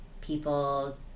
people